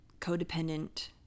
codependent